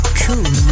cool